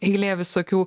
eilė visokių